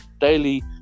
daily